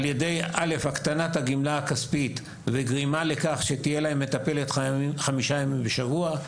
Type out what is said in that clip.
בעזרת: א׳: הקטנת הגמלה הכספית והקצאת מטפלת לחמישה ימים בשבוע.